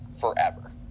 forever